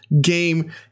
game